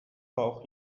bauch